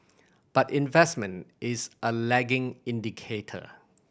but investment is a lagging indicator